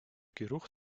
geruch